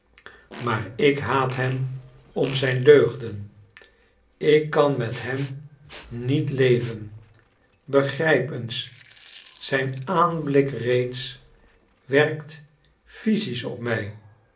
maar ik haat hem om zijn deugden ik kan met hem niet leven begrijp eens zijn aanblik reeds werkt physisch op mij